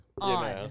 on